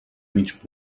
mig